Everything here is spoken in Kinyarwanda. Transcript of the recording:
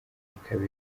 ikaba